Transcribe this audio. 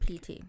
PT